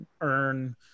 earn